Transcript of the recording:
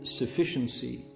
sufficiency